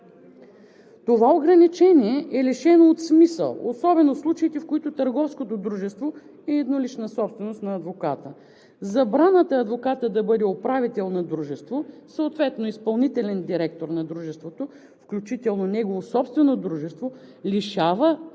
Това ограничение е лишено от смисъл, особено в случаите, в които търговското дружество е еднолична собственост на адвоката. Забраната адвокатът да бъде управител на дружество, съответно изпълнителен директор на дружество, включително негово собствено дружество, лишава